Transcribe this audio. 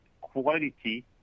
quality